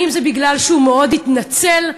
האם זה בגלל שהוא מאוד התנצל?